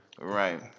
Right